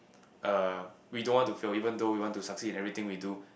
uh we don't want to fail even though we want to succeed in everything we do